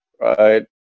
Right